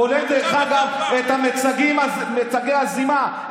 כולל את מיצגי הזימה,